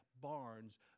barns